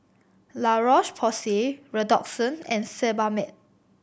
La Roche Porsay Redoxon and Sebamed